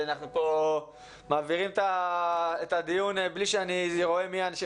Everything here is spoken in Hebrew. אנחנו פה מעבירים את הדיון בלי שאני רואה מי אנשים.